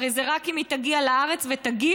הרי זה רק אם היא תגיע לארץ ותגיש,